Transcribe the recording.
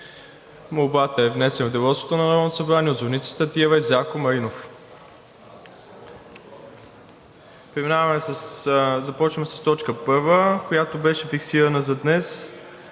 Молбата е внесена в Деловодството на Народното събрание от Зорница Стратиева и Зарко Маринов. Започваме с точка първа, която беше фиксирана за днес,